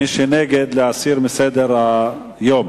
ומי שנגד, להסיר מסדר-היום.